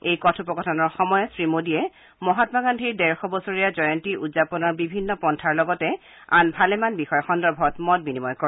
এই কথপোকথনৰ সময়ত শ্ৰীমোডীয়ে মহামা গান্ধীৰ ডেৰশ বছৰীয়া উদযাপনৰ বিভিন্ন পন্থাৰ লগতে আন ভালেমান বিষয় সন্দৰ্ভত মত বিনিময় কৰে